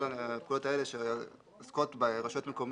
כל הפקודות האלה שעוסקות ברשויות מקומיות,